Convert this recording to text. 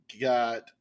got